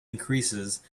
increases